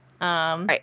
Right